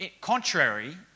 contrary